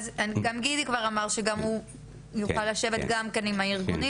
אז גם גידי כבר אמר שגם הוא יוכל לשבת גם כן עם הארגונים